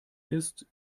ist